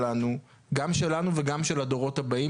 גם שלנו וגם של הדורות הבאים,